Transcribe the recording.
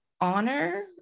honor